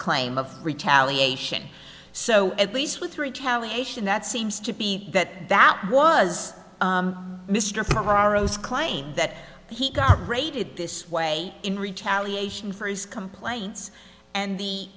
claim of retaliation so at least with retaliation that seems to be that that was mr ferraro's claim that he got raided this way in retaliation for his complaints and the